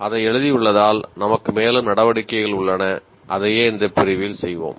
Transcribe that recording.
அதை எழுதியுள்ளதால் நமக்கு மேலும் நடவடிக்கைகள் உள்ளன அதையே இந்த பிரிவில் செய்வோம்